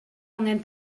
angen